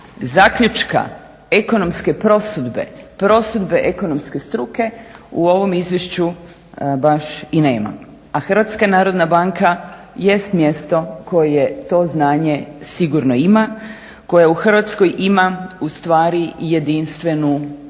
zaključka ekonomske prosudbe, prosudbe ekonomske struke u ovom izvješću baš i nema. A Hrvatska narodna banka jest mjesto koje to znanje ima, koja u Hrvatskoj ima ustvari jedinstvenu poziciju